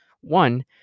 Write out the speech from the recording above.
one